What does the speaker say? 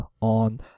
on